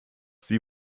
sie